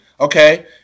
okay